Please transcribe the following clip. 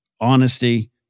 honesty